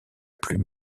plus